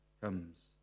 comes